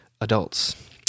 adults